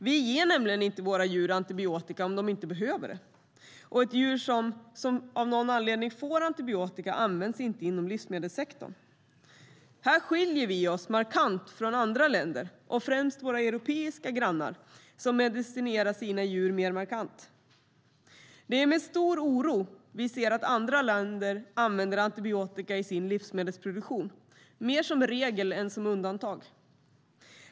Vi ger nämligen inte våra djur antibiotika om de inte behöver den, och ett djur som av någon anledning får antibiotika används inte inom livsmedelssektorn. Här skiljer vi oss markant från andra länder och främst från våra europeiska grannar, som medicinerar sina djur mer markant. Det är med stor oro vi ser att andra länder använder antibiotika i sin livsmedelsproduktion mer som regel än undantag.